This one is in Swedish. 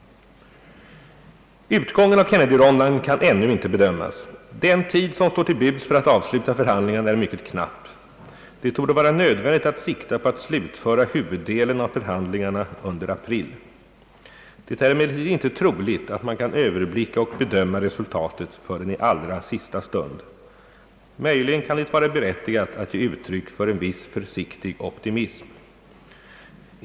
Utgången av Kennedyronden kan ännu inte bedömas. Den tid som står till buds för att avsluta förhandlingarna är mycket knapp. Det torde vara nödvändigt att sikta på att slutföra huvuddelen av förhandlingarna under april. Det är emellertid inte troligt att man kan överblicka och bedöma resultatet förrän i allra sista stund. Möjligen kan det vara berättigat att ge uttryck för en viss försiktig optimism.